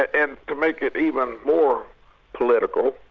and to make it even more political,